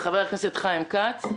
הכנסת חיים כץ,